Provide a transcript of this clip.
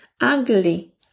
ugly